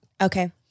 Okay